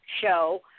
show